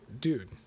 dude